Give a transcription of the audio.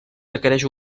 requereix